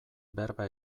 berba